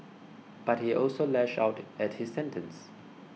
but he also lashed out at his sentence